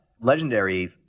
Legendary